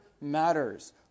matters